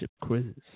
Quizzes